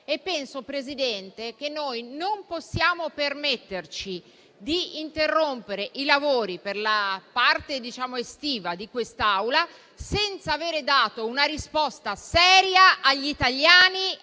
signor Presidente, che noi non possiamo permetterci di interrompere i lavori per la pausa estiva di quest'Aula senza avere dato una risposta seria agli italiani